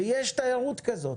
יש תיירות כזאת,